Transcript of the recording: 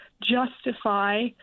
justify